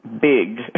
Big